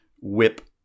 whip